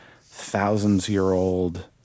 thousands-year-old